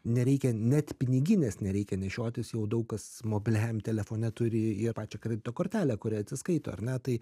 nereikia net piniginės nereikia nešiotis jau daug kas mobiliajam telefone turi ir pačią kredito kortelę kuria atsiskaito ar ne tai